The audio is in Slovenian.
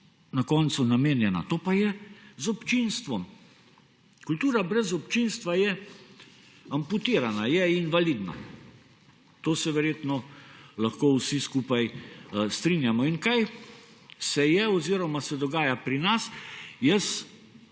na koncu namenjena, to pa je z občinstvom. Kultura brez občinstva je amputirana, je invalidna, s tem se verjetno lahko vsi skupaj strinjamo. Kaj se je dogajalo oziroma se dogaja pri nas? Jaz